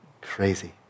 Crazy